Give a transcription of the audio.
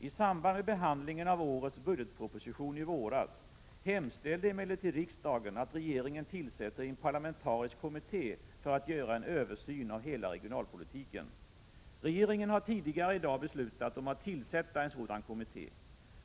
I samband med behandlingen av årets budgetproposition i våras hemställde emellertid riksdagen att regeringen tillsätter en parlamentarisk kommitté för att göra en översyn av hela regionalpolitiken. Regeringen har tidigare i dag beslutat om att tillsätta en sådan kommitté.